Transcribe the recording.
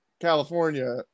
California